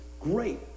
Great